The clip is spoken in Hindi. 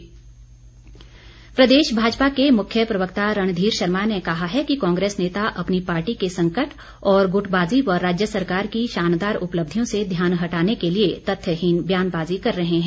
रणघीर शर्मा प्रदेश भाजपा के मुख्य प्रवक्ता रणधीर शर्मा ने कहा है कि कांग्रेस नेता अपनी पार्टी के संकट और गुटबाजी व राज्य सरकार की शानदार उपलब्धियों से ध्यान हटाने के लिए तथ्यहीन ब्यानबाजी कर रहे हैं